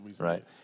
Right